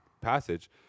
passage